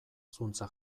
zuntza